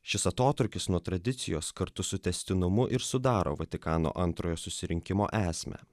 šis atotrūkis nuo tradicijos kartu su tęstinumu ir sudaro vatikano antrojo susirinkimo esmę